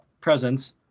presence